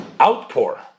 outpour